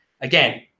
Again